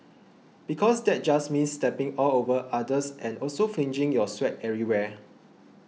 because that just means stepping all over others and also flinging your sweat everywhere